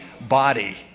body